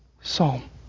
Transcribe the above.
psalm